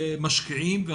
משפיעים,